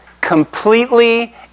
completely